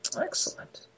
Excellent